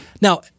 now